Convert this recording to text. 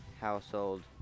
household